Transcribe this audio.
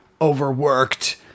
Overworked